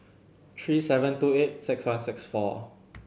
three seven two eight six one six four